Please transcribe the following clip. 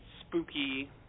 spooky